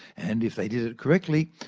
and if they did it correctly,